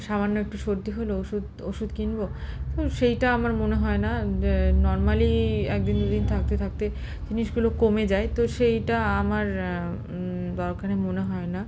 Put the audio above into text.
সামান্য একটু সর্দি হলো ওষুধ ওষুধ কিনব তো সেইটা আমার মনে হয় না যে নর্মালি এক দিন দুদিন থাকতে থাকতে জিনিসগুলো কমে যায় তো সেইটা আমার দরকারি মনে হয় না